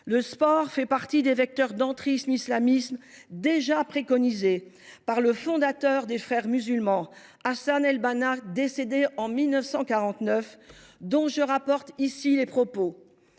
le sport fait partie des vecteurs de l’entrisme islamiste, vecteur déjà préconisé par le fondateur des Frères musulmans, Hassan el Benna, décédé en 1949, dont je rapporte ici les propos